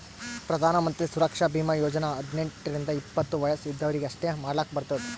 ಪ್ರಧಾನ್ ಮಂತ್ರಿ ಸುರಕ್ಷಾ ಭೀಮಾ ಯೋಜನಾ ಹದ್ನೆಂಟ್ ರಿಂದ ಎಪ್ಪತ್ತ ವಯಸ್ ಇದ್ದವರೀಗಿ ಅಷ್ಟೇ ಮಾಡ್ಲಾಕ್ ಬರ್ತುದ